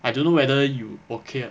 I don't know whether you okay